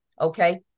okay